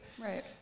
Right